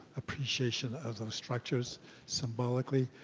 appreciation of those structures symbolically.